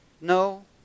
No